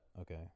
Okay